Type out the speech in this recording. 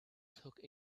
took